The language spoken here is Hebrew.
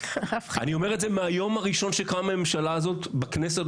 אני אומר את זה מהיום הראשון שקמה הממשלה הזאת בכנסת,